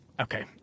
okay